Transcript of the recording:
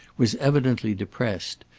was evidently depressed,